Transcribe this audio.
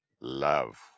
love